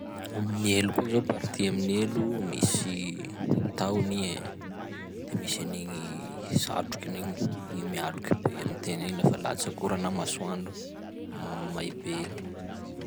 Amin'ny elo koa zao, partie amin'ny elo: misy tahony i ein, de misy an'igny satrokiny igny, igny mialoky be amin-tegna igny lafa latsaky ora na masoandro mamay be igny.